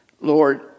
Lord